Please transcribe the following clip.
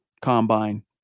combine